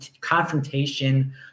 confrontation